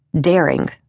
daring